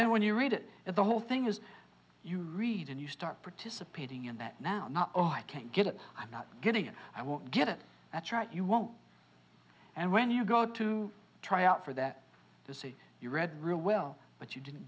then when you read it the whole thing as you read and you start participating in that now or i can't get it i'm not getting it i won't get it that's right you won't and when you go to try out for that to see you read real well but you didn't